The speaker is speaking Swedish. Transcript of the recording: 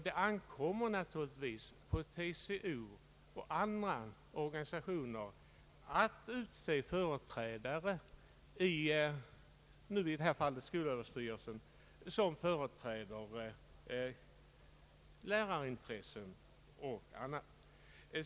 Det ankommer självfallet på TCO och andra organisationer att utse företrädare, i detta fall i skolöverstyrelsen, för lärarintressen och annat.